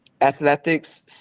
Athletics